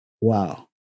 wow